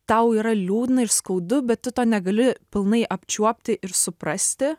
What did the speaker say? tau yra liūdna ir skaudu bet tu to negali pilnai apčiuopti ir suprasti